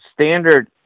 standard